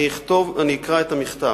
אני אקרא את המכתב,